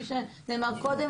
כפי שנאמר קודם,